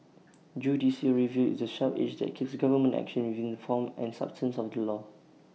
judicial review is the sharp edge that keeps government action within the form and substance of the law